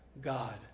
god